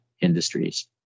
industries